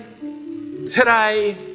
today